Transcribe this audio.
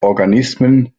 organismen